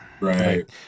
Right